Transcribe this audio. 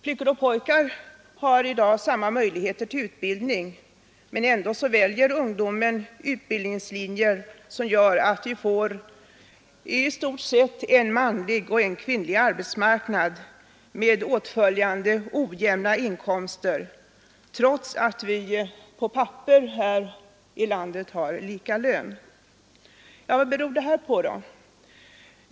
Flickor och pojkar har i dag samma möjligheter till utbildning. Ändå väljer ungdomarna utbildningslinjer på så sätt att vi får i stort sett en manlig och en kvinnlig arbetsmarknad med åtföljande ojämna inkomster trots att vi här i landet har lika lön på papperet. Vad beror då detta på?